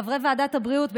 חברי ועדת הבריאות,